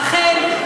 אכן,